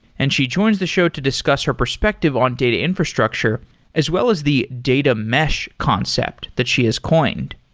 and she joins the show to discuss her perspective on data infrastructure as well as the data mesh concept that she has coined.